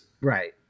right